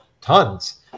tons